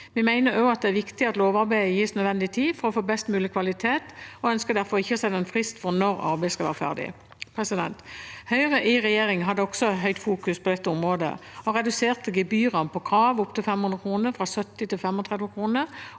Vi mener også at det er viktig at lovarbeidet gis nødvendig tid for å få best mulig kvalitet, og vi ønsker derfor ikke å sette en frist for når arbeidet skal være ferdig. Høyre i regjering satte også dette området veldig i fokus og reduserte gebyrene på krav på opptil 500 kr fra 70 kr til 35 kr